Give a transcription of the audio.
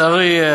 לצערי,